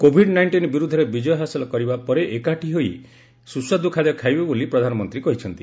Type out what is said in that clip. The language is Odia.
କୋଭିଡ୍ ନାଇଂଟିନ୍ ବିରୁଦ୍ଧରେ ବିକୟ ହାସଲ କରିବା ପରେ ଏକାଠି ଏହି ସୁସ୍ୱାଦୁ ଖାଦ୍ୟ ଖାଇବା ବୋଲି ପ୍ରଧାନମନ୍ତ୍ରୀ କହିଛନ୍ତି